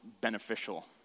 beneficial